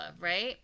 right